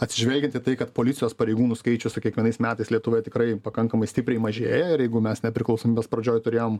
atsižvelgiant į tai kad policijos pareigūnų skaičius su kiekvienais metais lietuvoj tikrai pakankamai stipriai mažėja ir jeigu mes nepriklausomybės pradžioj turėjom